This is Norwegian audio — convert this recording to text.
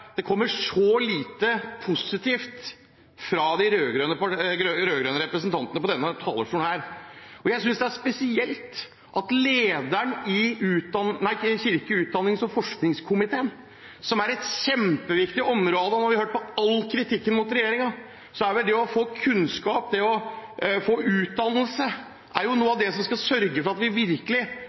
talerstolen kommer så lite positivt fra de rød-grønne representantene, og jeg synes det er spesielt å høre all kritikken mot regjeringen fra lederen i komiteen for kirke-, utdannings- og forskningssaker, som er et kjempeviktig område. Det er vel det å få kunnskap, det å få utdannelse, som er noe av det som skal sørge for at vi virkelig